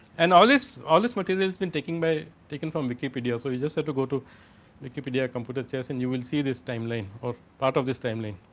and all this all this materials been taking by taking from wikipedia. so, you just at ago to wikipedia at computer chess in you will see this time line or part of this time line.